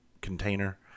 container